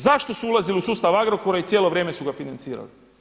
Zašto su ulazili u sustav Agrokora i cijelo vrijeme su ga financirali?